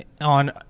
On